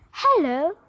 Hello